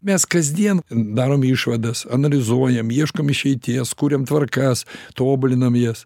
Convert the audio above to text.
mes kasdien darom išvadas analizuojam ieškom išeities kuriam tvarkas tobulinam jas